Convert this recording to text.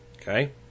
okay